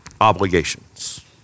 Obligations